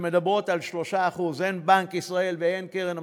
שמדברות על 3% הן של בנק ישראל והן של קרן המטבע,